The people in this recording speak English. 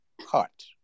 heart